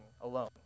alone